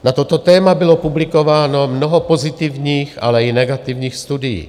Na toto téma bylo publikováno mnoho pozitivních, ale i negativních studií.